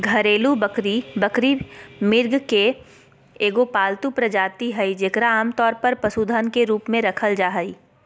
घरेलू बकरी बकरी, मृग के एगो पालतू प्रजाति हइ जेकरा आमतौर पर पशुधन के रूप में रखल जा हइ